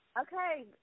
Okay